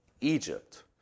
Egypt